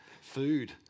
food